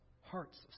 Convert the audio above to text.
hearts